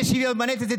זה שוויון בנטל?